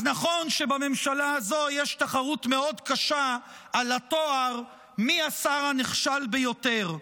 אז נכון שבממשלה הזאת יש תחרות מאוד קשה על התואר מי השר הנכשל ביותר,